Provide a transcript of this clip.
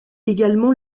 également